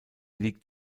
liegt